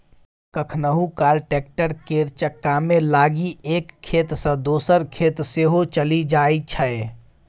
कखनहुँ काल टैक्टर केर चक्कामे लागि एक खेत सँ दोसर खेत सेहो चलि जाइ छै